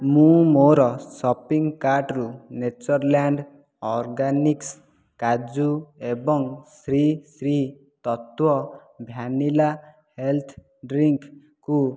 ମୁଁ ମୋର ସପିଂ କାର୍ଟରୁ ନେଚର୍ଲ୍ୟାଣ୍ଡ୍ ଅର୍ଗାନିକ୍ସ୍ କାଜୁ ଏବଂ ଶ୍ରୀ ଶ୍ରୀ ତତ୍ତ୍ଵ ଭ୍ୟାନିଲା ହେଲ୍ଥ୍ ଡ୍ରିଙ୍କ୍କୁ